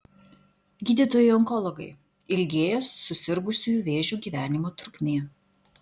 gydytojai onkologai ilgėja susirgusiųjų vėžiu gyvenimo trukmė